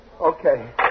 Okay